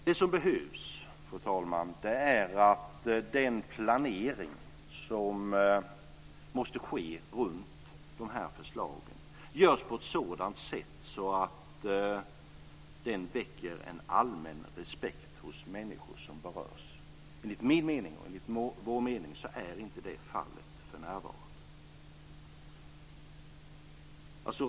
Det som behövs, fru talman, är att den planering som måste ske runt de här förslagen görs på ett sådant sätt att den väcker en allmän respekt hos människor som berörs. Enligt vår mening är inte det fallet för närvarande.